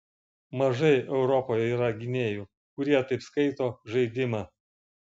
mažai europoje yra gynėjų kurie taip skaito žaidimą